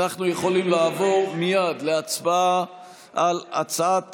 אנחנו יכולים לעבור מייד להצבעה על הצעת